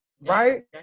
right